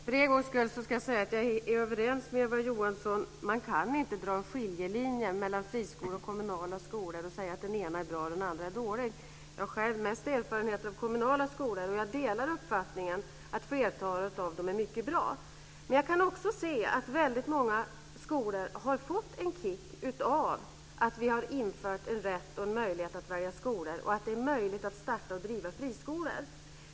Herr talman! Jag ska för en gångs skull säga att jag är överens med Eva Johansson. Man kan inte dra en skiljelinje mellan friskolor och kommunala skolor och säga att den ena typen är bra och den andra dålig. Jag har själv mest erfarenheter av kommunala skolor, och jag delar uppfattningen att flertalet av dem är mycket bra. Men jag kan också se att väldigt många skolor har fått en kick av att vi har infört rätt och möjlighet att välja skolor och av att det är möjligt att starta och driva friskolor.